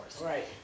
Right